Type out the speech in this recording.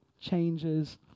changes